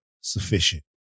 sufficient